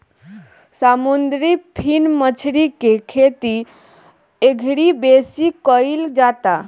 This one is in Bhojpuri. समुंदरी फिन मछरी के खेती एघड़ी बेसी कईल जाता